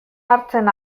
hartzen